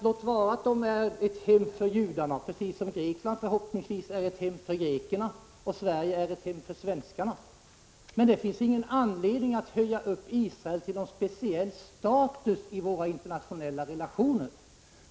Låt vara att Israel är ett hem för judarna precis som Grekland är ett hem för grekerna och Sverige är ett hem för svenskarna, men det finns ingen anledning att höja upp Israel till någon speciell status i våra internationella relationer.